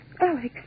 Alex